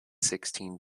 sixteen